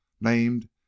named